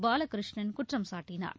பாலகிருஷ்ணன் குற்றம் சாட்டினார்